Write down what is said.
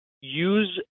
use